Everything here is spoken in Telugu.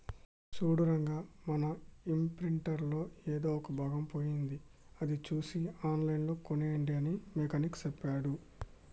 సూడు రంగా మన ఇంప్రింటర్ లో ఎదో ఒక భాగం పోయింది అది సూసి ఆన్లైన్ లో కోనేయండి అని మెకానిక్ సెప్పాడు